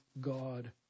God